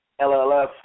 LLF